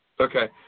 Okay